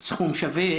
לה סכום שווה.